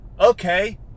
Okay